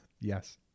yes